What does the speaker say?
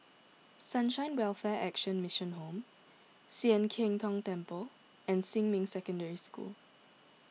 Sunshine Welfare Action Mission Home Sian Keng Tong Temple and Xinmin Secondary School